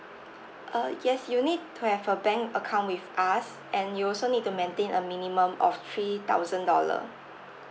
uh yes you need to have a bank account with us and you also need to maintain a minimum of three thousand dollar